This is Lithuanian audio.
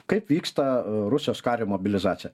kaip vyksta rusijos kario mobilizacija